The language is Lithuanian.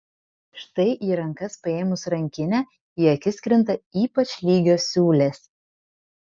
štai į rankas paėmus rankinę į akis krinta ypač lygios siūlės